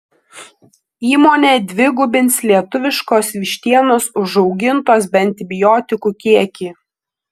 įmonė dvigubins lietuviškos vištienos užaugintos be antibiotikų kiekį